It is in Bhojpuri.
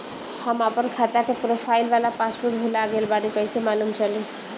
हम आपन खाता के प्रोफाइल वाला पासवर्ड भुला गेल बानी कइसे मालूम चली?